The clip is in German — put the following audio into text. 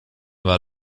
war